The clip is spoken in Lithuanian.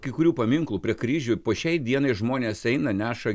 kai kurių paminklų prie kryžių ir po šiai dienai žmonės eina neša